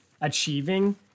achieving